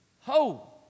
Ho